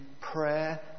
prayer